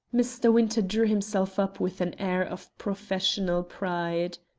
mr. winter drew himself up with an air of professional pride.